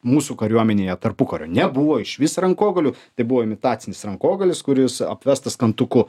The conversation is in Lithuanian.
mūsų kariuomenėje tarpukariu nebuvo išvis rankogalių tai buvo imitacinis rankogalis kuris apvestas kantuku